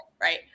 right